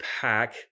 pack